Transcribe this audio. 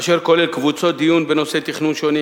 אשר כולל קבוצות דיון בנושאי תכנון שונים,